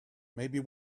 maybe